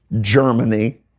Germany